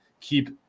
keep